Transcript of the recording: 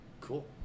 Cool